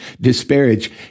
disparage